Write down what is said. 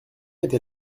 était